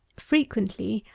frequently,